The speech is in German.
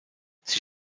sie